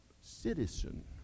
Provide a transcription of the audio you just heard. Citizen